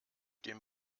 dem